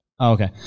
Okay